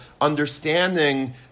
understanding